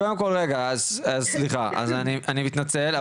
קודם כל רגע, אז סליחה, אני מתנצל.